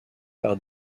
par